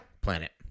planet